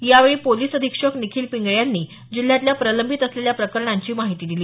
यावेळी पोलीस अधीक्षक निखील पिंगळे यांनी जिल्ह्यातल्या प्रलंबित असलेल्या प्रकरणाची माहिती दिली